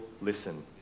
listen